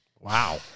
Wow